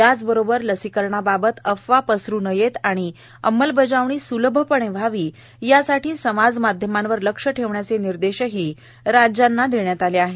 याचबरोबर लसीकरणाबाबत अफवा पसरु नयेत आणि अंमलबजावणी सुलभपणे व्हावी यासाठी समाज माध्यमांवर लक्ष ठेवण्याचे निर्देशही राज्यांना देण्यात आले आहेत